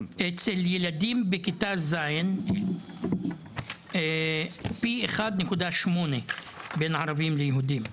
אצל ילדים בכיתה ז' פי 1.8 בין הערבים ליהודים.